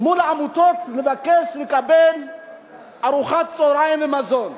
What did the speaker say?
מול העמותות לבקש ולקבל ארוחת צהריים, מזון,